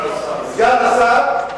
סגן השר,